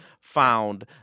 found